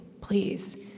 please